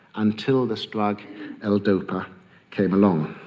until this drug ah l-dopa came along.